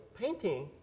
painting